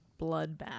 bloodbath